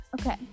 Okay